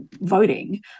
voting